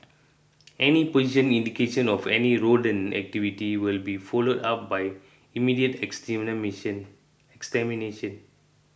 any position indication of any rodent activity will be followed up by immediate extermination